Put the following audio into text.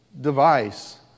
device